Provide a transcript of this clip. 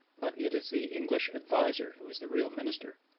but it is the english adviser who is the real minister.